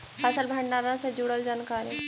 फसल भंडारन से जुड़ल जानकारी?